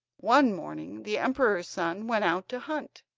one morning the emperor's son went out to hunt,